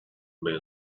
men